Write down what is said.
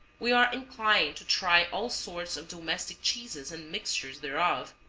we are inclined to try all sorts of domestic cheeses and mixtures thereof.